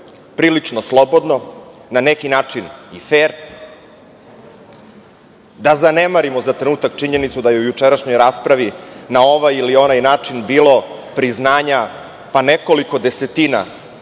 prilično slobodno, na neki način i fer, da zanemarimo na trenutak činjenicu da je u jučerašnjoj raspravi, na ovaj ili onaj način, bilo priznanja, pa nekoliko desetina